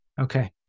Okay